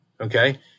Okay